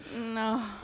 No